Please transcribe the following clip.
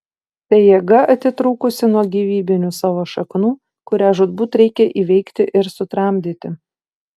tai jėga atitrūkusi nuo gyvybinių savo šaknų kurią žūtbūt reikia įveikti ir sutramdyti